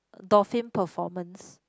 dolphin performance